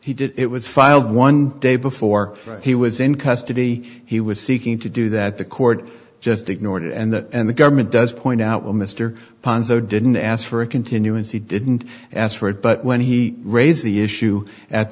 he did it was filed one day before he was in custody he was seeking to do that the court just ignored it and that and the government does point out well mr ponzo didn't ask for a continuance he didn't ask for it but when he raised the issue at